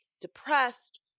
depressed